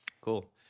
Cool